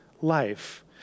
life